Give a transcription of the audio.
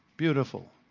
Beautiful